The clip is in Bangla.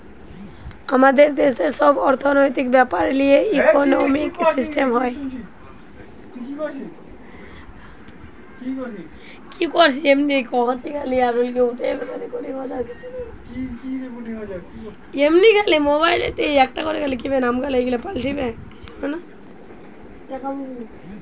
আমাদের দেশের সব অর্থনৈতিক বেপার লিয়ে ইকোনোমিক সিস্টেম হয়